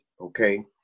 okay